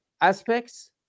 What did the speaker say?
aspects